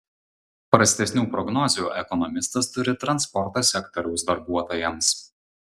prastesnių prognozių ekonomistas turi transporto sektoriaus darbuotojams